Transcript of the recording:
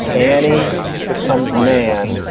annie becomes nan.